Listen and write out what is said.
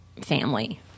family